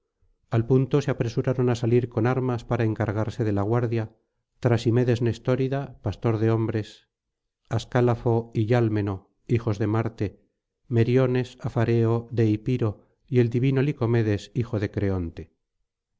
al punto se apresuraron á salir con armas para encargarse de la guardia trasimedes nestórida pastor de hombres ascálafo y yálmeno hijos de marte meriones afareo deipiro y el divino licomedes hijo de creonte